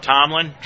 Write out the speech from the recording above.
Tomlin